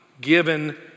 given